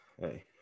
Hey